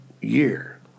year